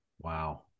Wow